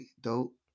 dope